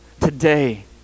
Today